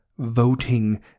voting